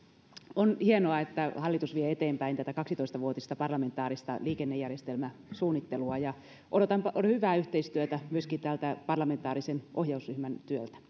on hienoa että hallitus vie eteenpäin tätä kaksitoista vuotista parlamentaarista liikennejärjestelmäsuunnittelua ja odotan hyvää yhteistyötä myöskin tältä parlamentaariselta ohjausryhmältä